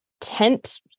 tent